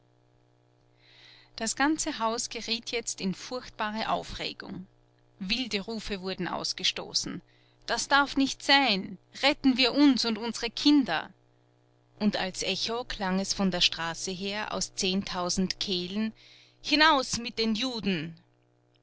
das ganze haus geriet jetzt in furchtbare aufregung wilde rufe wurden ausgestoßen das darf nicht sein retten wir uns und unsere kinder und als echo klang es von der straße her aus zehntausend kehlen hinaus mit den juden